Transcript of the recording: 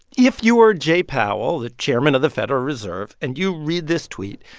if you are jay powell, the chairman of the federal reserve, and you read this tweet,